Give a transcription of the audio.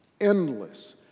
endless